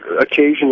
occasionally